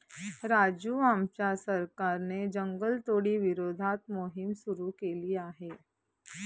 राजू आमच्या सरकारने जंगलतोडी विरोधात मोहिम सुरू केली आहे